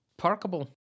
parkable